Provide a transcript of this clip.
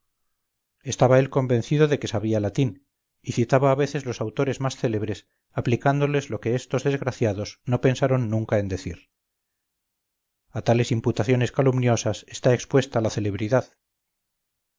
estaba él convencido de que sabía latín y citaba a veces los autores más célebres aplicándoles lo que estos desgraciados no pensaron nunca en decir a tales imputaciones calumniosas está expuesta la celebridad